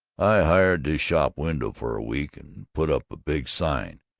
i hired this shop-window for a week, and put up a big sign,